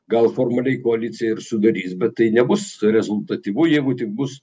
gal formaliai koaliciją ir sudarys bet tai nebus rezultatyvu jeigu tik bus